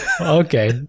okay